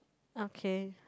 okay